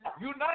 Unite